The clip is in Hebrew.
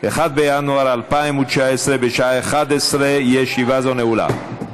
1 בינואר 2019, בשעה 11:00, ישיבה זו נעולה.